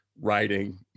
writing